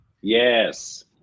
Yes